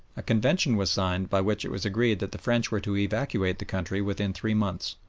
a convention was signed by which it was agreed that the french were to evacuate the country within three months.